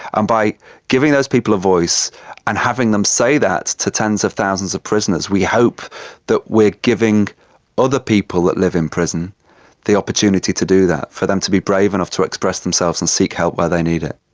and by giving those people a voice and having them say that to tens of thousands of prisoners, we hope that we are giving other people that live in prison the opportunity to do that, for them to be brave enough to express themselves and seek help where they need it.